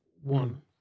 One